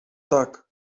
tak